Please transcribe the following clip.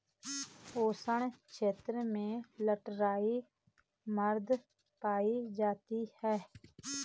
उष्ण क्षेत्रों में लैटराइट मृदा पायी जाती है